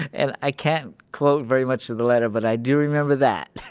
and i can't quote very much of the letter, but i do remember that